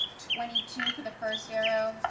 twenty two for the first arrow,